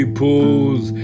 pools